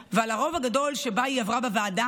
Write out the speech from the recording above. ועל הרוב הגדול שבו היא עברה בוועדה,